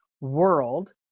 world